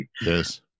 Yes